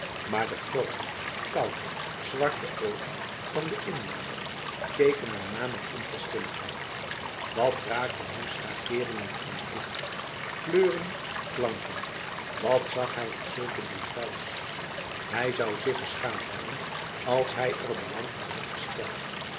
maar de grote koude zwarte ogen van de inlander keken ernaar met onverschilligheid wat raakten hem schakeringen van licht kleuren klanken wat zag hij in zulke details hij zou zich geschaamd hebben als hij er belang in had gesteld